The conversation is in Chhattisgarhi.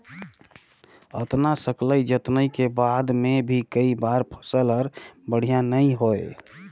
अतना सकलई जतनई के बाद मे भी कई बार फसल हर बड़िया नइ होए